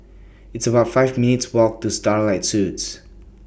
It's about five minutes' Walk to Starlight Suites